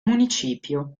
municipio